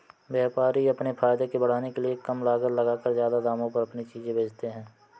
व्यापारी अपने फायदे को बढ़ाने के लिए कम लागत लगाकर ज्यादा दामों पर अपनी चीजें बेचते है